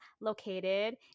located